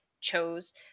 chose